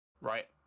right